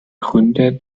gründer